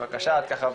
בבקשה.